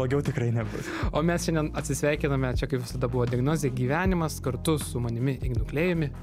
blogiau tikrai nebus o mes šiandien atsisveikiname čia kaip visada buvo diagnozė gyvenimas kartu su manimi ignu klėjumi